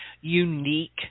unique